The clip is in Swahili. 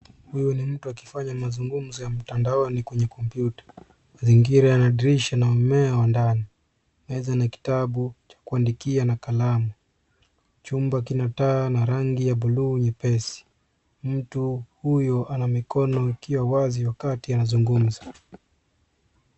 Yule mtu akifanya mazungumzo ya mtandaoni kwenye kompyuta, mazingira yana dirisha na mmea wa ndani , meza na kitabu cha kuandikia na kalamu, chumba kina taa na rangi ya bluu nyepesi , mtu huyo ana mikono ikiwa wazi wakati anazungumza.